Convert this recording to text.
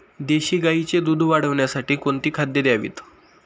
देशी गाईचे दूध वाढवण्यासाठी कोणती खाद्ये द्यावीत?